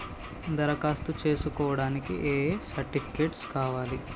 దరఖాస్తు చేస్కోవడానికి ఏ సర్టిఫికేట్స్ కావాలి?